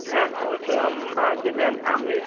হ্যাঁ অবশ্যই আমার যে ম্যান আমি